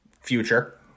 future